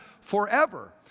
forever